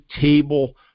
table